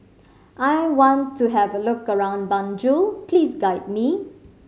I want to have a look around Banjul please guide me